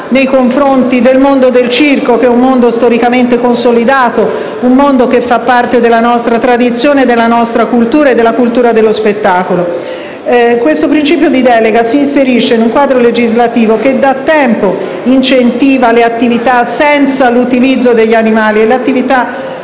nei confronti del mondo del circo, che è storicamente consolidato e fa parte della nostra tradizione e cultura e della cultura dello spettacolo. E questo principio di delega si inserisce in un quadro legislativo che da tempo incentiva le attività senza l'utilizzo di animali proprie